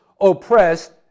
oppressed